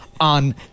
On